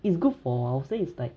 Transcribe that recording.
is good for I will say it's like